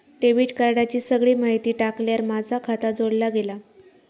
debit कार्डाची सगळी माहिती टाकल्यार माझा खाता जोडला गेला